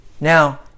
Now